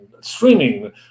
streaming